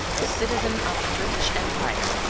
a citizen of the british empire.